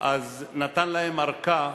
אז הוא נתן להם ארכה